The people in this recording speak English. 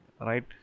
right